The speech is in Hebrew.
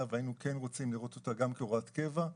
והיינו כן רוצים לראות אותה גם כהוראת קבע,